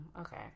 Okay